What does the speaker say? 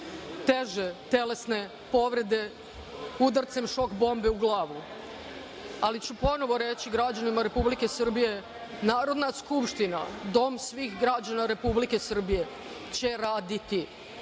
teže telesne povrede udarcem šok bombe u glavu. Ponovo ću reći građanima Republike Srbije – Narodna skupština, Dom svih građana Republike Srbije, će raditi,